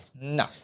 No